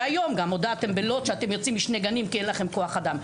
והיום גם הודעתם בלוד שאתם יוצאים משני גנים כי אין לכם כוח אדם.